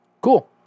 Cool